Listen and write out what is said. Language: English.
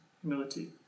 humility